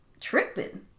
tripping